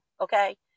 okay